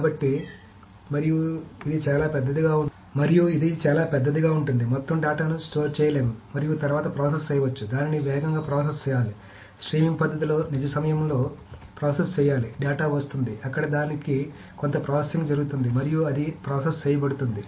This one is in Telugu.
కాబట్టి మరియు ఇది చాలా పెద్దదిగా ఉంటుంది మొత్తం డేటాను స్టోర్ చేయలేము మరియు తరువాత ప్రాసెస్ చేయవచ్చు దానిని వేగంగా ప్రాసెస్ చేయాలి స్ట్రీమింగ్ పద్ధతిలో నిజ సమయంలో ప్రాసెస్ చేయాలి డేటా వస్తోంది అక్కడ దానికి కొంత ప్రాసెసింగ్ జరుగుతోంది మరియు అది ప్రాసెస్ చేయబడుతోంది